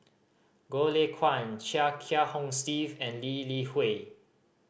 Goh Lay Kuan Chia Kiah Hong Steve and Lee Li Hui